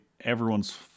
everyone's